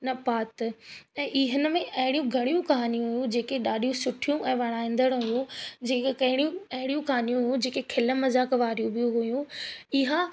न पात ऐं ई हिन में अहिड़ियूं घणियूं कहानियूं जेके ॾाढियूं सुठियूं ऐं वणाईंदड़ हुयूं जेके कहिड़ियूं अहिड़ियूं कहाणियूं हूं जेके खिल मजाक वारियूं बि हुयूं इहा